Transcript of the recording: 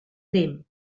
tremp